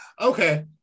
okay